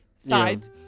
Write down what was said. side